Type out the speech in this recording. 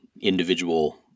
individual